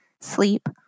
sleep